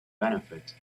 benefit